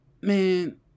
Man